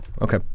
Okay